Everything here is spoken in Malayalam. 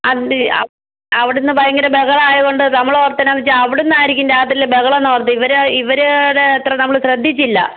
അവിടെ അവിടുന്ന് ഭയങ്കര ബഹളായതുകൊണ്ട് നമ്മളോർത്തതെന്താന്ന് വെച്ചാൽ അവിടുന്നായിരിക്കും രാത്രിയില് ബഹളമെന്നാണ് ഓർത്തത് ഇവരാ ഇവരുടെ അത്ര നമ്മള് ശ്രദ്ധിച്ചില്ല